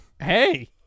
hey